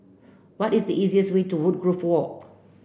what is the easiest way to Woodgrove Walk